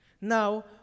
Now